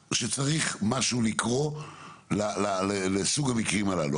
מבחינה שצריך משהו לקרות לסוג המקרים הללו.